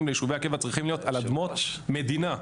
ליישובי הקבע צריכים להיות על אדמות מדינה,